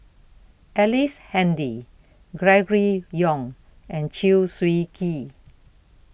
Ellice Handy Gregory Yong and Chew Swee Kee